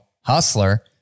Hustler